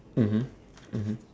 mmhmm mmhmm